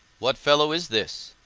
what fellow is this?